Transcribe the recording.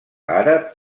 àrab